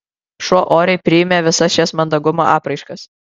šuo oriai priėmė visas šias mandagumo apraiškas